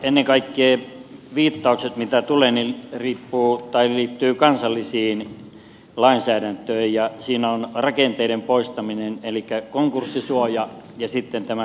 ennen kaikkea viittaukset mitä tulee liittyvät kansalliseen lainsäädäntöön ja siinä on rakenteiden poistaminen elikkä konkurssisuoja ja sitten nämä veroedut